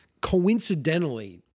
coincidentally